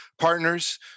Partners